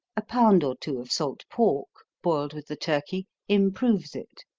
a pound or two of salt pork, boiled with the turkey, improves it.